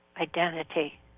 identity